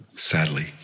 Sadly